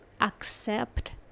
accept